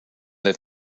that